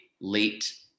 late